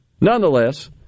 nonetheless